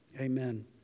Amen